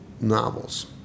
novels